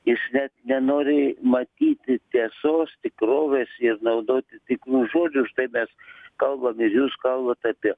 jis net nenori matyti tiesos tikrovės ir naudoti tikrų žodžių už tai mes kalbam ir jūs kalbat apie